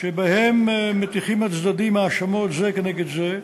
שבהם מטיחים הצדדים האשמות זה כנגד זה,